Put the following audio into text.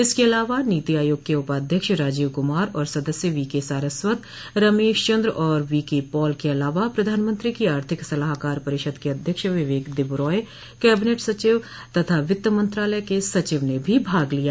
इसके अलावा नीति आयोग के उपाध्यक्ष राजीव क्मार और सदस्य वीके सारस्वत रमेश चंद्र और वीके पॉल के अलावा प्रधानमंत्री की आर्थिक सलाहकार परिषद के अध्यक्ष बिबेक देबरॉय कैबिनेट सचिव तथा वित्त मंत्रालय के सचिव ने भी भाग लिया